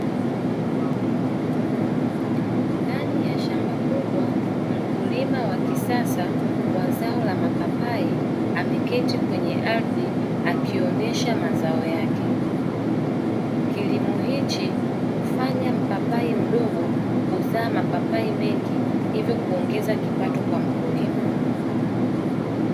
Ndani ya shamba kubwa, mkulima wa kisasa wa zao la mapapai ameketi kwenye ardhi akionyesha mazao yake. Kilimo hiki hufanya mpapai mdogo kuzaa mapapai mengi, hivyo kuongeza kipato kwa mkulima.